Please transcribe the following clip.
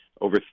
Over